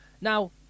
now